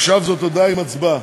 עכשיו זאת הודעה עם הצבעה.